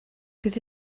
bydd